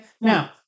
Now